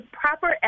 proper